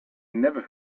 never